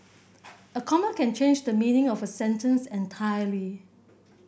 a comma can change the meaning of a sentence entirely